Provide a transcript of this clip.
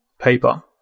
paper